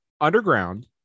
underground